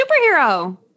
superhero